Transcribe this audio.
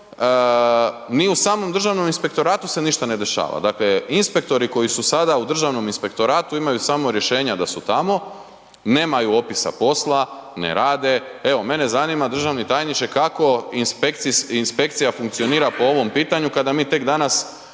zakonom, ni u samom Državnom inspektoratu se ništa ne dešava. Dakle inspektori koji su sada u Državnom inspektoratu imaju samo rješenja da su tamo, nemaju opisa posla, ne rade, evo mene zanima, državni tajniče kako inspekcija funkcionira po ovom pitanju kada mi tek danas